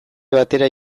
batera